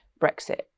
brexit